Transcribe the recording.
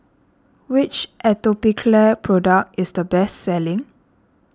which Atopiclair product is the best selling